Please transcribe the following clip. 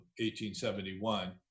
1871